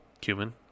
cumin